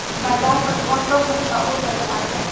बाजार प्रभाव कब घटता और बढ़ता है?